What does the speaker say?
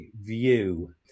view